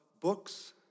books